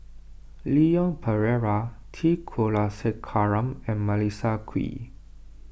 Leon Perera T Kulasekaram and Melissa Kwee